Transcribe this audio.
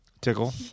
Tickle